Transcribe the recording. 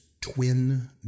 twin